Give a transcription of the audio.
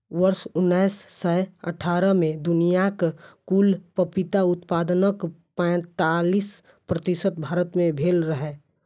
वर्ष उन्नैस सय अट्ठारह मे दुनियाक कुल पपीता उत्पादनक पैंतालीस प्रतिशत भारत मे भेल रहै